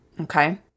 okay